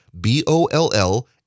B-O-L-L